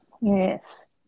Yes